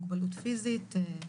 מוגבלות פיזית,